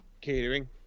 Catering